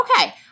Okay